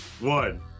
one